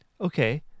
Okay